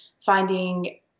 Finding